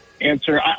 answer